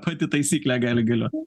pati taisyklė gali galiot